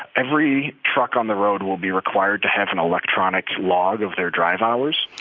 every truck on the road will be required to have an electronic log of their drive hours.